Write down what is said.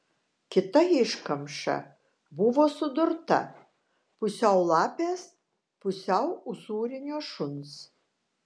kita iškamša buvo sudurta pusiau lapės pusiau usūrinio šuns